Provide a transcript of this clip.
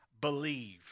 believe